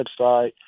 website